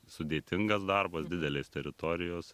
sudėtingas darbas didelės teritorijos